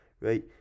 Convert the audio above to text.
right